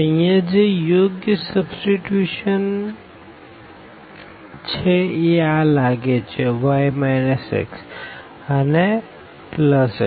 તો અહિયાં જે યોગ્ય સબસ્ટીટ્યુશન આ લાગે છે y xઅને x